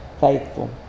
faithful